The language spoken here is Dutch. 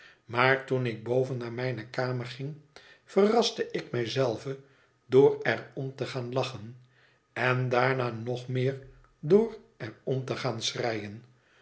maar toen ik boven naar mijne kamer ging verraste ik mij zelve door er om te gaan lachen en daarna nog meer door er om te gaan